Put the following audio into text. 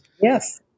Yes